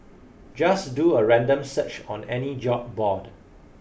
just do a random search on any job board